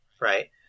right